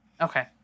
okay